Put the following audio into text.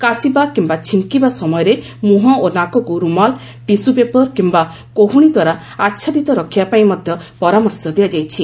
କାଶିବା କିମ୍ବା ଛିଙ୍କିବା ସମୟରେ ମୁହଁ ଓ ନାକକୁ ରୁମାଲ୍ ଟିସୁ ପେପର କିୟା କହୁଣୀ ଦ୍ୱାରା ଆଚ୍ଛାଦିତ ରଖିବା ପାଇଁ ମଧ୍ୟ ପରାମର୍ଶ ଦିଆଯାଇଛି